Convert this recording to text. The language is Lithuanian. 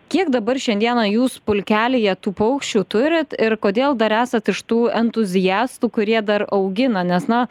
kiek dabar šiandieną jūs pulkelyje tų paukščių turit ir kodėl dar esat iš tų entuziastų kurie dar augina nes na